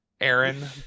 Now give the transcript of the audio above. Aaron